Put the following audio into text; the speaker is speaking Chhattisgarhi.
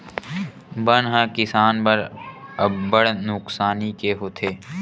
बन ह किसान बर अब्बड़ नुकसानी के होथे